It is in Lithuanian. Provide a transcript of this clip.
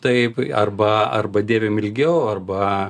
taip arba arba dėvim ilgiau arba